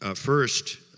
ah first,